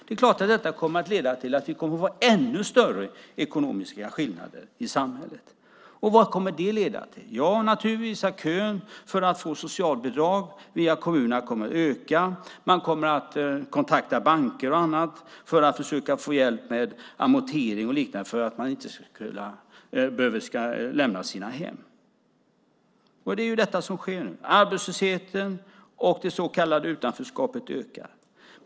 Det är klart att detta kommer att leda till att vi kommer att ha ännu större ekonomiska skillnader i samhället. Och vad kommer det att leda till? Naturligtvis att kön för att få socialbidrag via kommunerna kommer att öka. Man kommer att kontakta banker och annat för att försöka få hjälp med amortering och liknande för att man inte ska behöva lämna sina hem. Det är detta som sker nu, att arbetslösheten och det så kallade utanförskapet ökar.